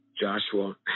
Joshua